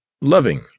loving